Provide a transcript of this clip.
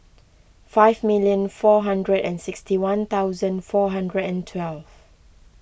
five minute four hundred and sixty one thousand four hundred and twelve